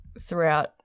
throughout